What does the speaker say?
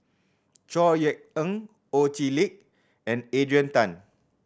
Chor Yeok Eng Ho Chee Lick and Adrian Tan